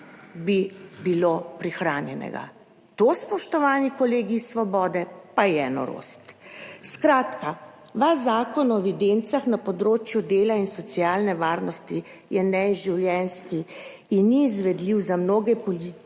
bi bilo prihranjenega! To, spoštovani kolegi iz Svobode, pa je norost. Skratka, vaš zakon o evidencah na področju dela in socialne varnosti je neživljenjski in ni izvedljiv za mnoge poklice,